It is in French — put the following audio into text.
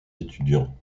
étudiants